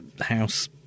house